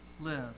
live